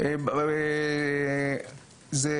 ראשית